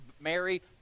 Mary